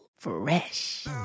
Fresh